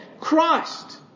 Christ